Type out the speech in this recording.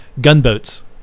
gunboats